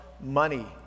money